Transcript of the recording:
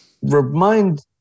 Remind